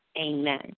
amen